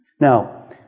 Now